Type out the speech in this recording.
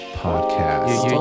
podcast